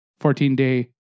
14-day